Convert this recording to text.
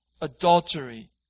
adultery